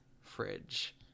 fridge